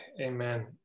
amen